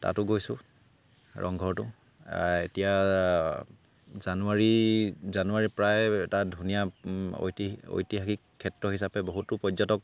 তাতো গৈছোঁ ৰংঘৰতো এতিয়া জানুৱাৰী জানুৱাৰী প্ৰায় এটা ধুনীয়া ঐতি ঐতিহাসিক ক্ষেত্ৰ হিচাপে বহুতো পৰ্যটক